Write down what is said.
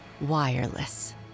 wireless